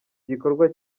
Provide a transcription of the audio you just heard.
gikorwa